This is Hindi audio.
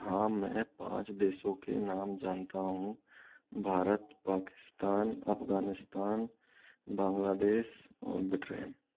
हाँ मैं पाँच देशों के नाम जानता हूँ भारत पाकिस्तान अफगानिस्तान बांग्लादेश और बिट्रेन